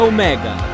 Omega